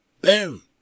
Boom